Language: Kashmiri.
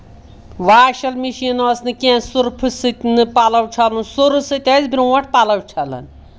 واشَل مِشیٖن اوس نہٕ کینٛہہ صُرفہٕ سۭتۍ نہٕ پَلَو چھَلُن سُرٕ سۭتۍ ٲسۍ برونٛٹھ پَلو چھَلان